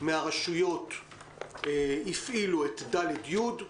מן הרשויות הפעילו את ד' י'.